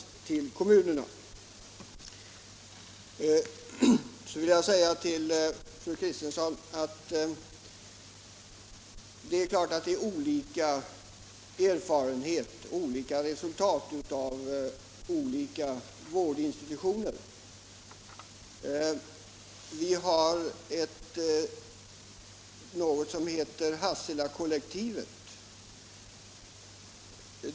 Till fru Kristensson vill jag säga att det är klart att olika vårdinstitutioner redovisar olika erfarenheter och resultat. Vi har ju t.ex. något som heter Hasselakollektivet.